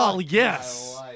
yes